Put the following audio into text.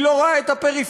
היא לא רואה את הפריפריות,